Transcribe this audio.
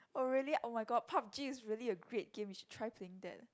oh really oh my god Pup-g is really a great game you should try playing that